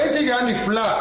הרייטינג היה נפלא.